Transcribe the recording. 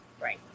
Right